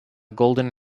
golden